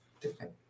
different